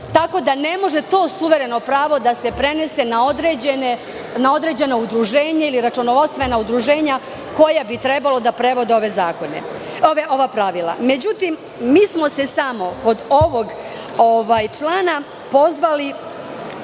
tako da ne može to suvereno pravo da se prenese na određeno udruženje ili računovodstvena udruženja koja bi trebalo da prevode ova pravila. Međutim, mi smo se samo kod ovog člana pozvali